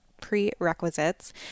prerequisites